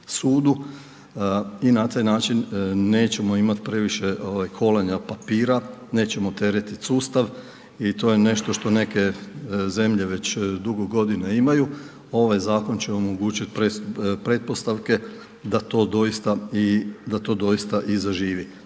I na taj način nećemo imati previše kolanja papira, nećemo teretiti sustav i to je nešto što neke zemlje već dugo godina imaju. Ovaj zakon će omogućiti pretpostavke da to doista i zaživi.